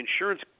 insurance